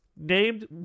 named